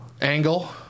angle